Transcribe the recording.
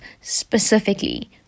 specifically